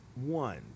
One